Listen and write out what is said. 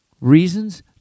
Reasons